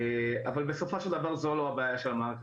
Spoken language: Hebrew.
אבל בסופו של דבר זו לא הבעייה של המערכת,